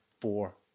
four